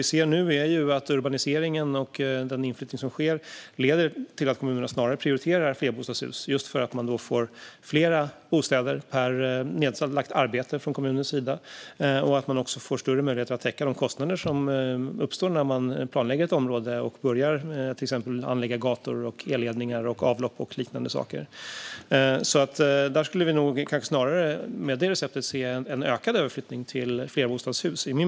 Vad vi nu ser är att urbaniseringen och den inflyttning som sker leder till att kommunerna snarare prioriterar flerbostadshus, eftersom man då får fler bostäder för det arbete som kommunen lägger ned. Man får även större möjligheter att täcka de kostnader som uppstår när man planlägger ett område och exempelvis börjar anlägga gator, elledningar, avlopp och liknande. Min bedömning är att vi med ett sådant recept snarare skulle se en ökad överflyttning till flerbostadshus.